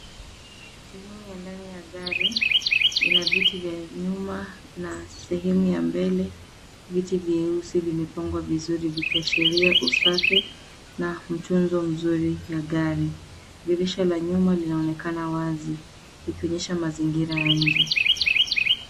Sehemu ya ndani ya gari ina viti vya nyuma na sehemu ya mbele viti vyeusi vimepangwa vizuri vikiashiria usafi na mtunzo mzuri ya gari. Dirisha la nyuma linaonekana wazi likionyesha mazingira ya nje.